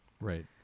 right